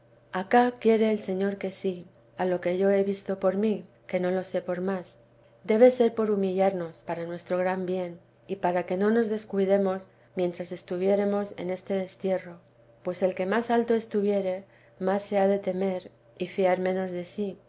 tiene de hombre no torna a descrecer y a tener pequeño cuerpo acá quiere el señor que sí a lo que yo he visto por mí que no lo sé por más debe ser por humillarnos para nuestro gran bien y para que no nos descuidemos mientras estuviéremos en este destierro pues el que más alto estuviere más se hade temer y fiar menos de sí